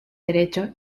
derecho